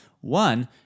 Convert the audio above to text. One